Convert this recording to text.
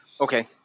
Okay